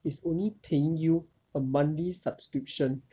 is only paying you a monthly subscription